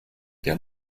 der